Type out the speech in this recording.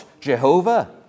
Jehovah